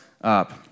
up